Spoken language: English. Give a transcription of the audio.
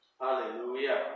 Hallelujah